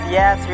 yes